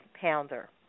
Pounder